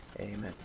amen